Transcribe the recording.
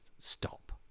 stop